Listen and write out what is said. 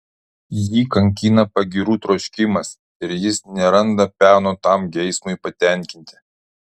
jį kankina pagyrų troškimas ir jis neranda peno tam geismui patenkinti